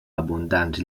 abundants